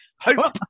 hope